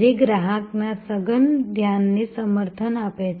જે ગ્રાહકના સઘન ધ્યાનને સમર્થન આપે છે